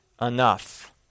enough